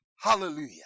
Hallelujah